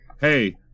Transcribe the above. hey